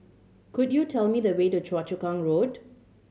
could you tell me the way to Choa Chu Kang Road